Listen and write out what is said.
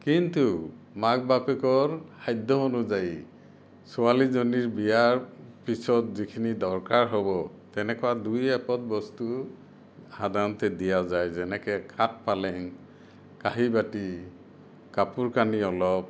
কিন্তু মাক বাপেকৰ সাধ্য অনুযায়ী ছোৱালীজনীৰ বিয়াৰ পিছত যিখিনি দৰকাৰ হ'ব তেনেকুৱা দুই এপদ বস্তু সাধাৰণতে দিয়া যায় যেনেকে খাট পালেং কাঁহী বাটি কাপোৰ কানি অলপ